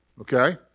okay